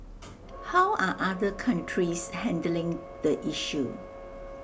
how are other countries handling the issue